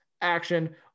action